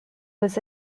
was